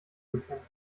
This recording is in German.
bekennen